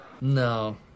No